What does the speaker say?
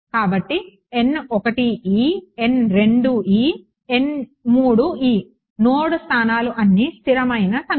కాబట్టి నోడ్ స్థానాలు అన్ని స్థిరమైన సంఖ్యలు